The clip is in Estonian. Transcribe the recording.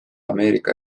ameerika